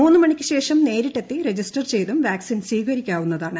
മൂന്ന് മണിക്ക് ശേഷം നേരിട്ടെത്തി രജിസ്റ്റർ ചെയ്തും വാക്സിൻ സ്വീകരിക്കാവുന്നതാണ്